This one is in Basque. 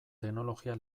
teknologia